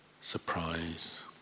surprise